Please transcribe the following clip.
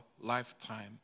lifetime